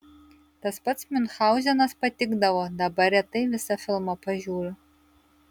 tas pats miunchauzenas patikdavo dabar retai visą filmą pažiūriu